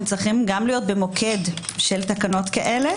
צריכים להיות גם במוקד של תקנות כאלה,